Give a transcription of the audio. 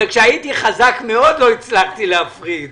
כשהייתי חזק מאוד לא הצלחתי להפריד.